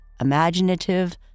imaginative